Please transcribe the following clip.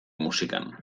musikan